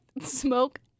Smoke